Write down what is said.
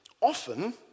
Often